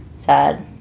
sad